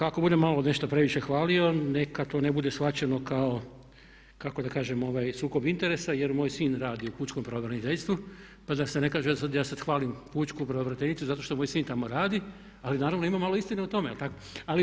Ako budem nešto malo previše hvalio neka to ne bude shvaćeno, kako da kažem ovaj sukob interesa jer moj sin radi u pučkom pravobraniteljstvu, pa da se ne kaže da ja sad hvalim pučku pravobraniteljicu zato što moj sin tamo radi, ali naravno ima malo istine u tome, jel tako?